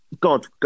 God